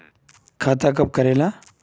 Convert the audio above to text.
खाता कब करेला?